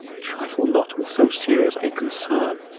trifle not with so serious a concern.